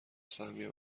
سهمیه